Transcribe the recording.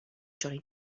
johnny